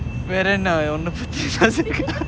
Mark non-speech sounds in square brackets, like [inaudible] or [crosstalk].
வேறென்ன ஒண்டும்:verenna ondum [laughs]